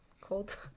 cold